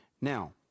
Now—